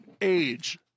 Age